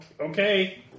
Okay